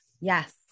Yes